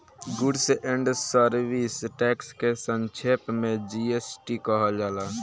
goods and service tax के संक्षेप में जी.एस.टी कहल जाला